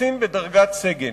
קצין בדרגת סגן.